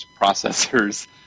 processors